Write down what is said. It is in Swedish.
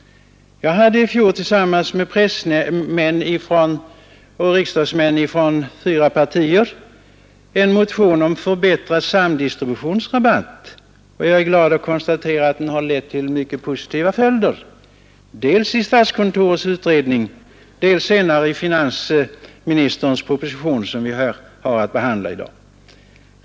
Jag väckte i fjol tillsammans med pressmän i riksdagen från fyra partier en motion om förbättrad samdistributionsrabatt. Jag är glad över att kunna konstatera att den har fått mycket positiva följder dels i statskontorets utredning, dels senare i finansministerns proposition, som vi har att behandla i dag.